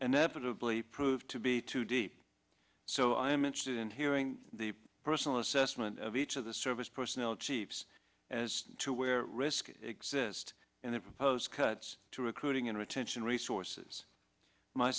negatively proved to be too deep so i am interested in hearing the personal assessment of each of the service personnel chiefs as to where risk exist in the proposed cuts to recruiting and retention resources my